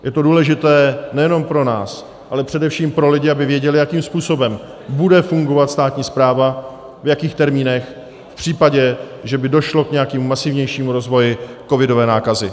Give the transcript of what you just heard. Je to důležité nejenom pro nás, ale především pro lidi, aby věděli, jakým způsobem bude fungovat státní správa, v jakých termínech v případě, že by došlo k nějakému masivnějšímu rozvoji covidové nákazy.